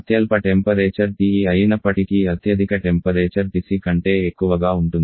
అత్యల్ప temperature TE అయినప్పటికీ అత్యధిక టెంపరేచర్ TC కంటే ఎక్కువగా ఉంటుంది